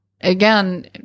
Again